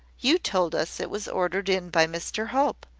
you told us it was ordered in by mr hope.